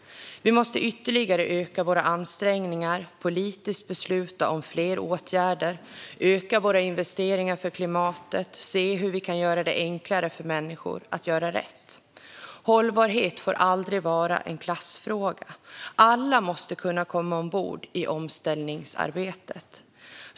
Vi måste ytterligare öka våra ansträngningar, politiskt besluta om fler åtgärder, öka våra investeringar för klimatet och se hur vi kan göra det enklare för människor att göra rätt. Hållbarhet får aldrig vara en klassfråga, utan alla måste kunna komma ombord i omställningsarbetet.